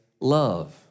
love